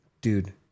Dude